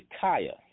Kaya